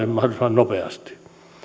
nopeasti